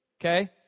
Okay